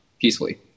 peacefully